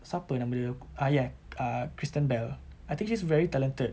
siapa nama dia err ya uh kristen bell I think she's very talented